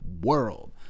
world